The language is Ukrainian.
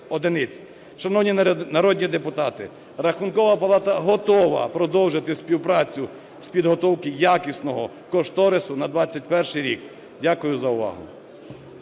Шановні народні депутати, Рахункова палата готова продовжити співпрацю з підготовки якісного кошторису на 2021 рік. Дякую за увагу.